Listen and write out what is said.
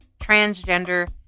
transgender